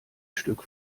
stück